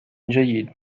جيد